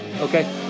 Okay